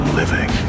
living